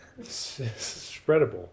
spreadable